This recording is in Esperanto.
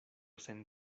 sen